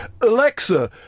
Alexa